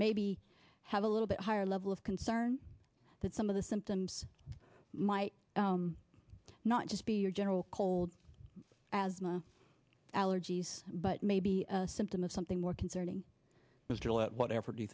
maybe have a little bit higher level of concern that some of the symptoms might not just be a general cold as my allergies but maybe a symptom of something more concerning israel whatever do you